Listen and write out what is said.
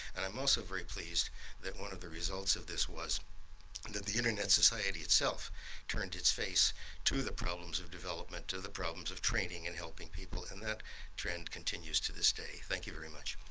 and i'm ah so very pleased that one of the results of this was and that the internet society itself turned its face to the problems of development, to the problems of training and helping people. and that trend continues to this day. thank you very much.